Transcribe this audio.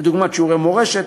כדוגמת שיעורי מורשת,